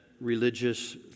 religious